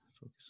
focus